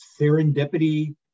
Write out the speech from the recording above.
serendipity